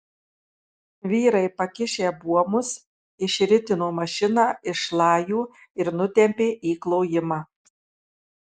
vyrai pakišę buomus išritino mašiną iš šlajų ir nutempė į klojimą